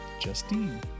Justine